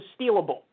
stealable